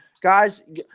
guys